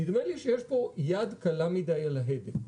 שנדמה לי שיש פה יד קלה מדי על ההדק.